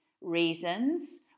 reasons